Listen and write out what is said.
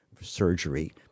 surgery